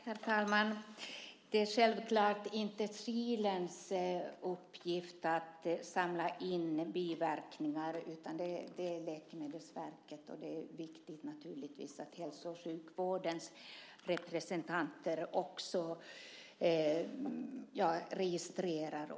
Herr talman! Det är självklart inte Kilens uppgift att samla in rapporter om biverkningar, utan det är Läkemedelsverkets uppgift. Det är viktigt, naturligtvis, att hälso och sjukvårdens representanter registrerar.